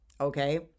okay